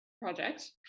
project